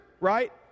right